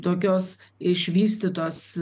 tokios išvystytos